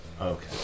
Okay